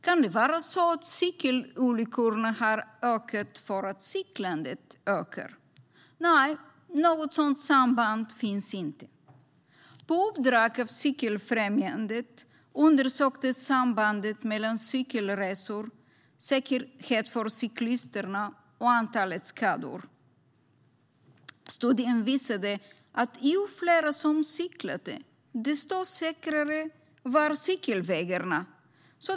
Kan det vara så att antalet cykelolyckor ökar för att cyklandet ökar? Nej, något sådant samband finns inte. På uppdrag av Cykelfrämjandet undersöktes sambandet mellan cykelresor, säkerhet för cyklisterna och antalet skador. Studien visade att ju fler som cyklade desto säkrare var cykelvägarna.